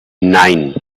nein